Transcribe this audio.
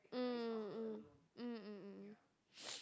mm mm mm mm mm mm